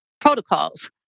protocols